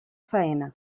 faena